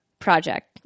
project